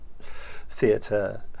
theatre